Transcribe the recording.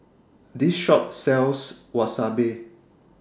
This Shop sells Wasabi